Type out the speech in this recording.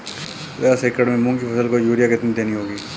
दस एकड़ में मूंग की फसल को यूरिया कितनी देनी होगी?